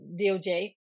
DOJ